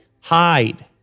hide